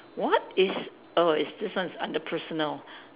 what is oh this one is under personal